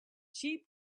cheap